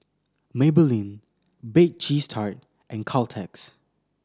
Maybelline Bake Cheese Tart and Caltex